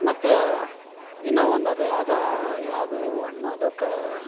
ಮತ್ತು ಇನ್ನು ಒಂದು ಅದೇ ಯಾವ್ದು ಯಾವುದು ಹಣ್ಣು ಅದು ಕ